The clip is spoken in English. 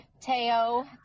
Teo